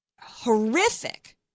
horrific